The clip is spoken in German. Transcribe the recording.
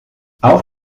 auf